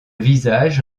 visage